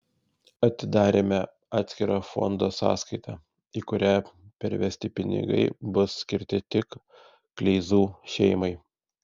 atidarėme atskirą fondo sąskaitą į kurią pervesti pinigai bus skirti tik kleizų šeimai